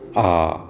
आ